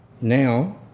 now